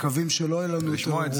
ומקווים שלא יהיו לנו יותר הרוגים.